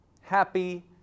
Happy